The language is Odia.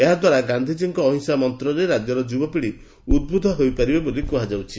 ଏହାଦ୍ବାରା ଗାନ୍ଧିଜୀଙ୍କ ଅହିଂସା ମନ୍ତରେ ରାକ୍ୟରୁ ଯୁବପିଢ଼ି ଉଦ୍ବୁଦ୍ଧ ହୋଇପାରିବେ ବୋଲି କୁହାଯାଇଛି